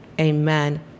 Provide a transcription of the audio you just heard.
Amen